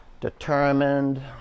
determined